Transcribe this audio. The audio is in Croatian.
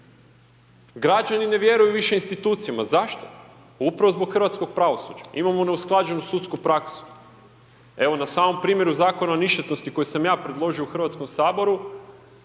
građani ne vjeruju više institucijama, zašto, upravo zbog hrvatskog pravosuđa imamo neusklađenu sudsku praksu. Evo na samom primjeru Zakona o ništetnosti koji sam ja predložio u Hrvatskom saboru